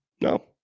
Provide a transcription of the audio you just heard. No